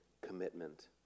commitment